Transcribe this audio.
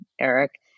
Eric